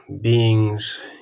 beings